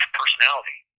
personality